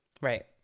Right